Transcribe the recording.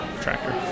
tractor